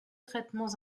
traitements